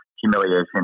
humiliation